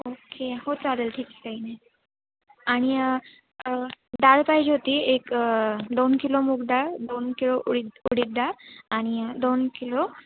okay हो चालेल ठीक आहे काही नाही आणि डाळ पाहिजे होती एक दोन किलो मूग डाळ दोन किलो उडीद उडीद डाळ आणि दोन किलो